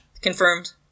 Confirmed